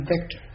vector